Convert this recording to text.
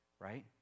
right